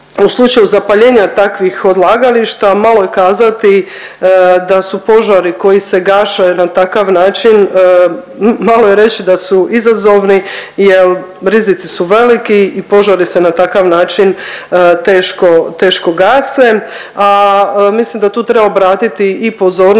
u slučaju zapaljenja takvih odlagališta, malo je kazati da su požari koji se gaše na takav način, malo je reći da su izazovni jer rizici su veliki i požari se na takav način teško gase. A mislim da tu treba obratiti i pozornost